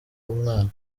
umwana